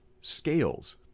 scales